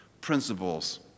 principles